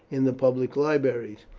in the public libraries.